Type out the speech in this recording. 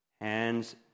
Hands